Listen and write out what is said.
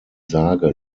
sage